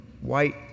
white